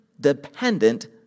dependent